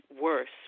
worse